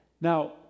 Now